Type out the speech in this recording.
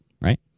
right